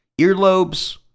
Earlobes